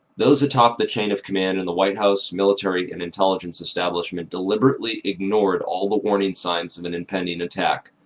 those atop the chain of command in the white house, military, and intelligence establishment deliberately ignored all the warning signs of an impending attack,